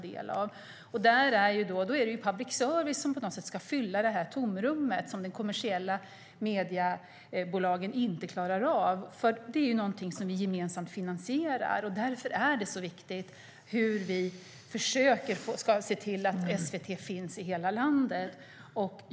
Då är det ju public service som på något sätt ska fylla det tomrum de kommersiella mediebolagen inte klarar av att fylla. Det är nämligen någonting vi gemensamt finansierar, och därför är det så viktigt att se till att SVT finns i hela landet.